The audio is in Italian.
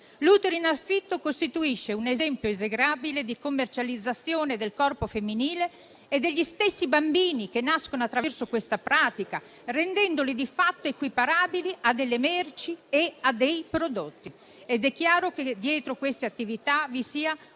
L'utero in affitto costituisce un esempio esecrabile di commercializzazione del corpo femminile e degli stessi bambini che nascono attraverso questa pratica, rendendoli di fatto equiparabili a delle merci e a dei prodotti ed è chiaro che dietro queste attività vi sia